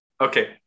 okay